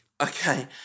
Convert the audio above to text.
Okay